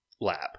lab